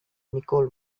nicole